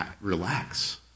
relax